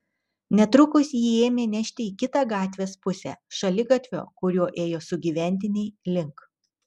netrukus jį ėmė nešti į kitą gatvės pusę šaligatvio kuriuo ėjo sugyventiniai link